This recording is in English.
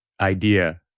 idea